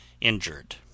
injured